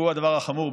והוא הדבר החמור,